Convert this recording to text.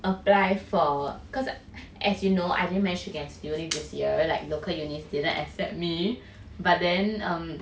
apply for cause as you know I didn't manage to get a this year like local unis didn't accept me but then um